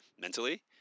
mentally